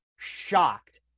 shocked